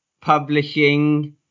publishing